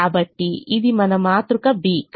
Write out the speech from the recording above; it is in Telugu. కాబట్టి ఇది మన మాతృక B